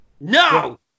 No